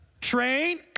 train